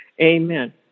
Amen